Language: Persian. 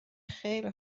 خیلی